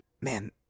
man